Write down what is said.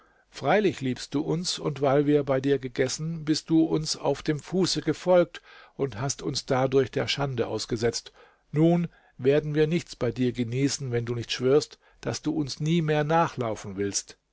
freilich liebst du uns und weil wir bei dir gegessen bist du uns auf dem fuße gefolgt und hast uns dadurch der schande ausgesetzt nun werden wir nichts bei dir genießen wenn du nicht schwörst daß du uns nie mehr nachlaufen willst